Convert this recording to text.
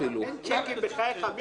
עיסאווי, לא אותו אתה צריך לשכנע כרגע.